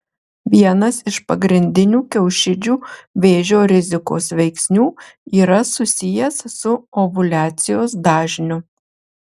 vienas iš pagrindinių kiaušidžių vėžio rizikos veiksnių yra susijęs su ovuliacijos dažniu